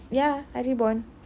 ya I rebond